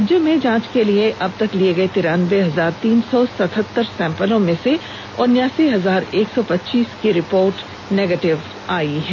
राज्य में जांच के लिए लिए अबतक लिए गए तिरान्बे हजार तीन सौ सतहतर सैंपलों में से उनासी हजार एक सौ पचीस की निगेटिव रिपोर्ट आई है